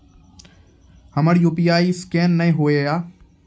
हमर UPI scan नेय हो या?